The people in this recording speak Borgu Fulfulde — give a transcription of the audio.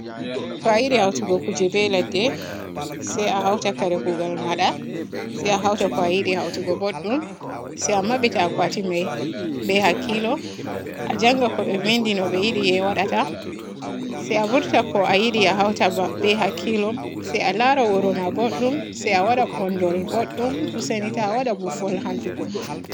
To a yiɗi hautugo kuje be ledde se a hauta kare kuugal maada se a hauta ko a yiɗi hautugo bodɗum se a mabbita akwati may be hakkilo a jannga ko be vindi no be yiɗi e waadata se a vurta ko a yiɗi e hauta ba be hakkilo se a laaro wuro ba bodɗom se a waada boondul bodɗum useni ta waada boofol hantugo.